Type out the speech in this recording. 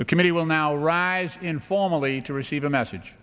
the committee will now rise informally to receive a message